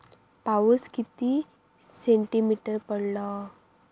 पाऊस किती सेंटीमीटर पडलो?